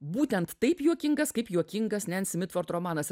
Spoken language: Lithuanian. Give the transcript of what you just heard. būtent taip juokingas kaip juokingas nensi mitford romanas